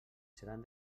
seran